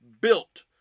built